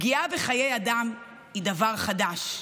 פגיעה בחיי אדם, היא דבר חדש,